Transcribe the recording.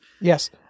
Yes